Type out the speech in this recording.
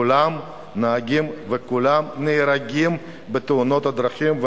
כולם נהגים וכולם נהרגים בתאונות הדרכים.